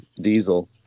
diesel